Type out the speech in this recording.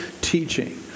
teaching